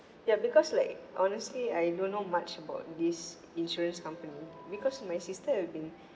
ya because like honestly I don't know much about this insurance company because my sister have been